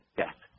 death